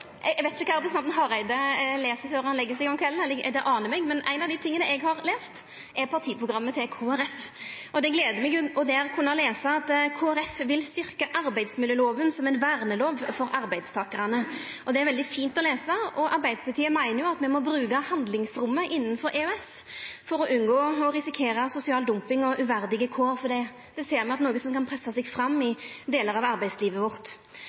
Eg veit ikkje kva representanten Hareide les før han legg seg om kvelden – eller det anar meg – men ein av dei tinga eg har lese, er partiprogrammet til Kristeleg Folkeparti. Det gler meg å kunna lesa der at Kristeleg Folkeparti «vil styrke arbeidsmiljøloven som en vernelov for arbeidstakerne». Det er veldig fint å lesa, og Arbeidarpartiet meiner at me må bruka handlingsrommet innanfor EØS for å unngå å risikera sosial dumping og uverdige kår, for det ser me er noko som kan pressa seg fram i delar av arbeidslivet vårt.